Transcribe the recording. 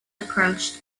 approached